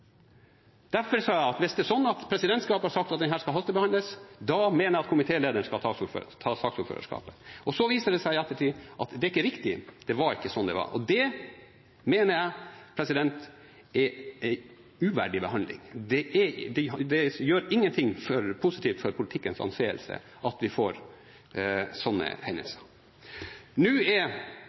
Derfor sa jeg at hvis presidentskapet har sagt at denne skal hastebehandles, mener jeg komitélederen skal ta saksordførerskapet. Så viser det seg i ettertid at det er ikke riktig, det var ikke sånn det var. Det mener jeg er en uverdig behandling. Det gjør ingenting positivt for politikkens anseelse at vi får sånne hendelser. Nå er